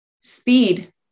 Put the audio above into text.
Speed